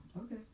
Okay